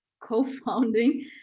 co-founding